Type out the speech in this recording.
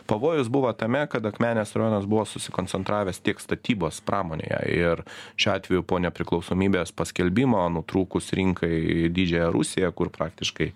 pavojus buvo tame kad akmenės rajonas buvo susikoncentravęs tik statybos pramonėje ir šiuo atveju po nepriklausomybės paskelbimo nutrūkus rinkai į didžiąją rusiją kur praktiškai